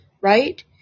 right